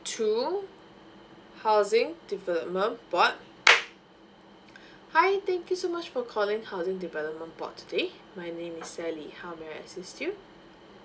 two housing development board hi thank you so much for calling housing development board today my name is sally how may I assist you